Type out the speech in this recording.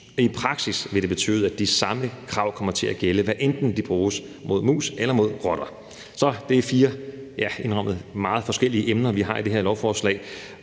I praksis vil det betyde, at de samme krav kommer til at gælde, hvad enten midlerne bruges mod mus eller mod rotter. Så det er, indrømmet, fire meget forskellige emner, vi har i det her lovforslag,